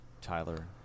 Tyler